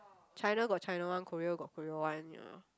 China got China one Korea got Korea one you know